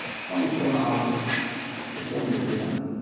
twenty four hours before you're born.